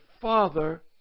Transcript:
Father